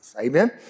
Amen